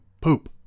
poop